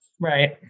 Right